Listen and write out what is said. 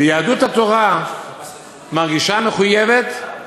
ויהדות התורה מרגישה מחויבת,